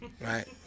right